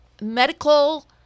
medical